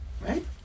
right